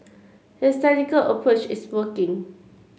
his tactical approach is working